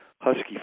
husky